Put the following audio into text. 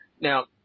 Now